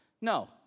No